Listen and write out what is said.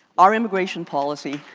our immigration policy